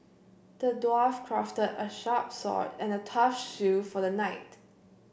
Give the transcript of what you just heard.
the dwarf crafted a sharp sword and a tough shield for the knight